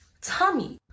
tummy